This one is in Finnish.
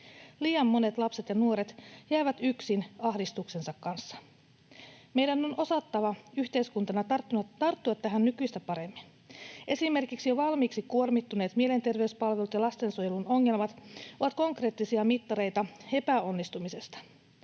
Liian monet lapset ja nuoret jäävät yksin ahdistuksensa kanssa. Meidän on osattava yhteiskuntana tarttua tähän nykyistä paremmin. Esimerkiksi jo valmiiksi kuormittuneet mielenterveyspalvelut ja lastensuojelun ongelmat ovat konkreettisia mittareita epäonnistumisesta.